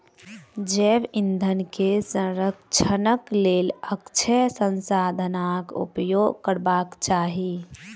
जैव ईंधन के संरक्षणक लेल अक्षय संसाधनाक उपयोग करबाक चाही